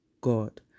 God